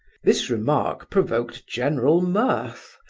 this remark provoked general mirth,